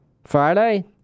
Friday